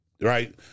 right